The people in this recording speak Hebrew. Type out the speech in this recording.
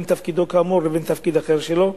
או בין תפקידו כאמור לבין תפקיד אחר שלו.